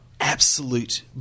absolute